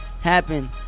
happen